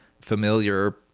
familiar